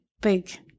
big